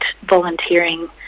volunteering